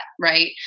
right